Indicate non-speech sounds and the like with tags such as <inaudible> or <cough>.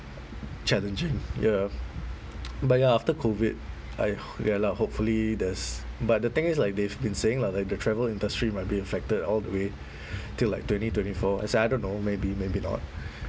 challenging ya <noise> but ya after COVID I ya lah I hopefully there's but the thing is like they've been saying lah like the travel industry might be affected all the way <breath> till like twenty twenty four as in I don't know maybe maybe not